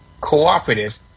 cooperative